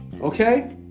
Okay